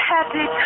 Happy